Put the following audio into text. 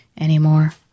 anymore